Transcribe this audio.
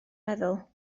meddwl